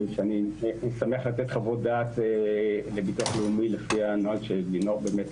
שאני שמח לתת חוות דעת לביטוח לאומי לפי הנוהל שלינור באמת